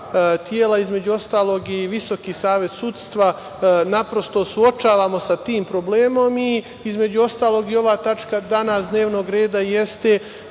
tela, između ostalog i Visoki savet sudstva, naprosto suočavamo sa tim problemom i, između ostalog, ova tačka dnevnog reda i jeste